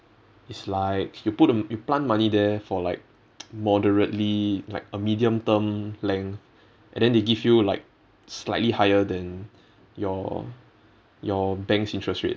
it's like you put the you plant money there for like moderately like a medium term length and then they give you like slightly higher than your your bank's interest rate